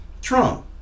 Trump